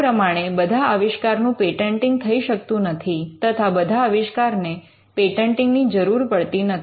આ પ્રમાણે બધા આવિષ્કાર નું પેટન્ટિંગ થઈ શકતું નથી તથા બધા આવિષ્કાર ને પેટન્ટિંગ ની જરૂર પડતી નથી